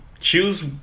Choose